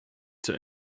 zur